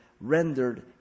rendered